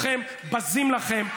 מכירים אתכם, בזים לכם.